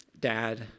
Dad